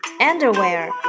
Underwear